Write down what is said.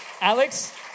Alex